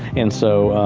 and so,